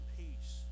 peace